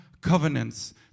covenants